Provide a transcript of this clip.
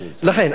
אני אומר,